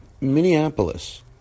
minneapolis